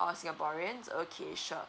all singaporeans okay sure